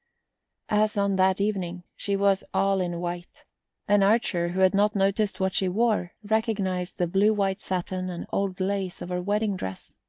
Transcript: as on that evening, she was all in white and archer, who had not noticed what she wore, recognised the blue-white satin and old lace of her wedding dress.